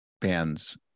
bands